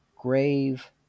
grave